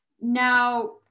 Now